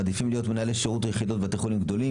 מעדיפים להיות מנהלי שירות יחידות בתי חולים גדולים,